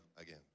again